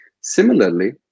Similarly